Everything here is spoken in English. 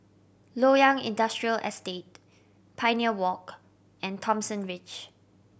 Loyang Industrial Estate Pioneer Walk and Thomson Ridge